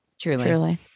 truly